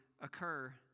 occur